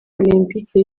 olempike